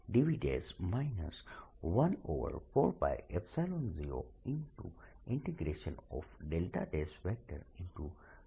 p r|r r|dv મળશે